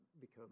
become